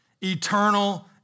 eternal